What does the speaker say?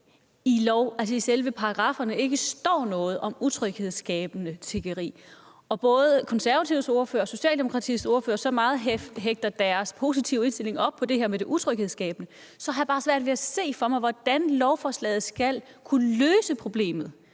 i selve paragrafferne, ikke står noget om utryghedsskabende tiggeri, og når både Konservatives ordfører og Socialdemokratiets ordfører hægter deres positive indstilling så meget op på det her med det utryghedsskabende, har jeg bare svært ved at se for mig, hvordan lovforslaget skal kunne løse problemet.